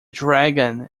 dragon